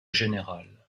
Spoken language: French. général